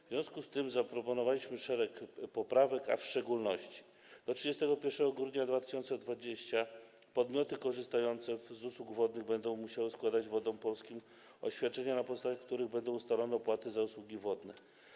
W związku z tym zaproponowaliśmy szereg poprawek, a w szczególności: do 31 grudnia 2020 r. podmioty korzystające z usług wodnych będą musiały składać Wodom Polskim oświadczenia, na podstawie których zostaną ustalone opłaty za usługi wodne.